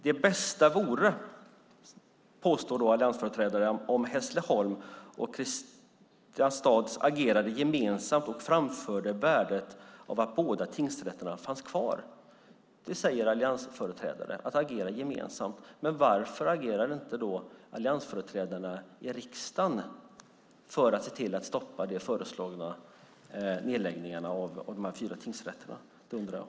Det bästa vore, påstår alliansföreträdaren, om Hässleholm och Kristianstad agerade gemensamt och framförde värdet av att båda tingsrätterna fanns kvar. Det säger alliansföreträdaren, att agera gemensamt. Varför agerar inte alliansföreträdarna i riksdagen för att se till att stoppa de föreslagna nedläggningarna av de här fyra tingsrätterna? Det undrar jag.